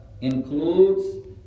includes